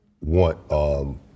want